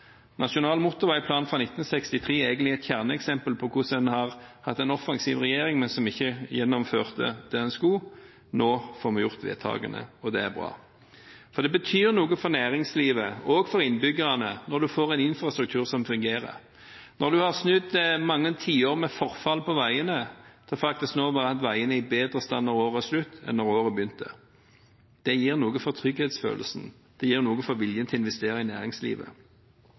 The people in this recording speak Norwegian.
Nasjonal motorveiplan fra 1962 er egentlig et kjerneeksempel på hvordan en har hatt en offensiv regjering, men som ikke gjennomførte det den skulle. Nå får vi fattet vedtakene, og det er bra. Det betyr noe for næringslivet og for innbyggerne når en får en infrastruktur som fungerer, når en har snudd mange tiår med forfall på veiene til faktisk nå at veiene er i bedre stand når året er slutt enn da året begynte. Det gjør noe for trygghetsfølelsen, det gjør noe for viljen til å investere i næringslivet.